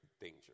danger